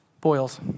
boils